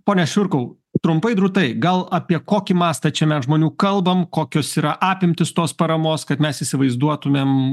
pone šiurkau trumpai drūtai gal apie kokį mastą čia mes žmonių kalbam kokios yra apimtys tos paramos kad mes įsivaizduotumėm